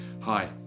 Hi